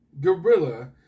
Gorilla